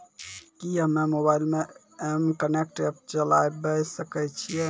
कि हम्मे मोबाइल मे एम कनेक्ट एप्प चलाबय सकै छियै?